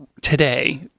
today